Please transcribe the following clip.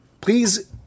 please